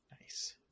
nice